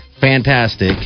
Fantastic